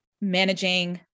managing